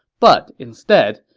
but instead,